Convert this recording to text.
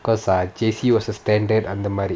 because err J_C was a standard அந்த மாரி:antha maari